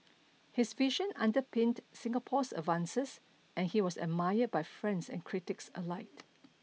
his vision underpinned Singapore's advances and he was admired by friends and critics alike